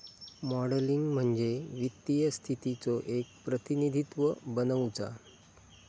modelling म्हणजे वित्तीय स्थितीचो एक प्रतिनिधित्व बनवुचा